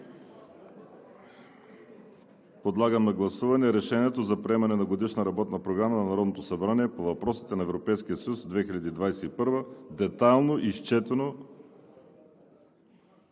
Подлагам на гласуване Решението за приемане на Годишна работна програма на Народното събрание по въпросите на Европейския съюз – 2021 г., което